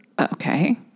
Okay